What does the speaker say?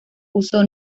uso